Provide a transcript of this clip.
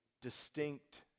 distinct